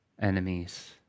enemies